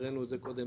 הראנו את זה קודם,